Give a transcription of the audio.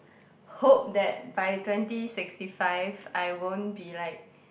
hope that by twenty sixty five I won't be like